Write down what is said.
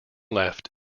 left